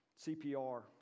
CPR